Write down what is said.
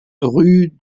rue